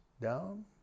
down